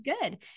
Good